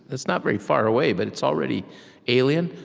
it's not very far away, but it's already alien.